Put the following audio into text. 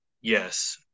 Yes